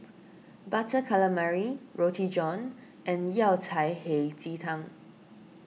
Butter Calamari Roti John and Yao Cai Hei Ji Tang